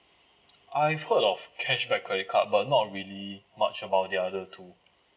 I heard of cashback credit card but not really much about the other two